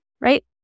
right